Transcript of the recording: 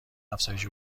افزایش